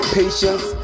patience